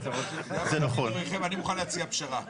אני מוכן להציע פשרה.